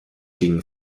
gingen